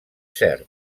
cert